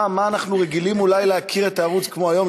מה אנחנו רגילים אולי להכיר את הערוץ, כמו היום.